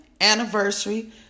anniversary